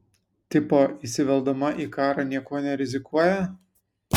tipo įsiveldama į karą niekuo nerizikuoja